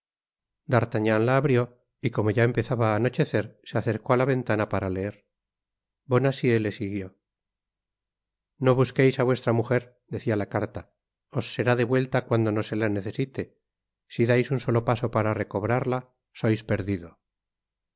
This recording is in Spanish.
d'artagnan la abrió y como ya empezaba á anochecer se acercó á la ven tana para leer bonacieux le siguió no busqueis á vuestra mujer decia la carta os será devuelta cuando no se la necesite si dais un solo paso para recobrarla sois perdido